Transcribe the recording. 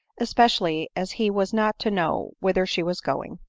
especially as he was not to know whither she was going.